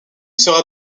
sera